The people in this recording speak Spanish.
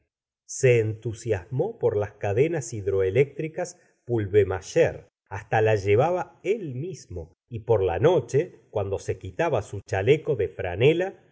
se entusiasmó por las cadenas hidroeléctricas pulvermacher basta la llevaba él mismo y por la noche cuando se quitaba su chaleco de franela